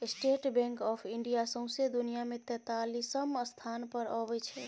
state Bank of India सौंसे दुनियाँ मे तेतालीसम स्थान पर अबै छै